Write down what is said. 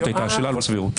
זאת הייתה השאלה, לא סבירות.